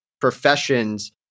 professions